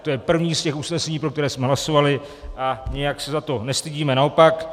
To je první z těch usnesení, pro které jsme hlasovali, a nijak se za to nestydíme, naopak.